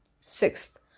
Sixth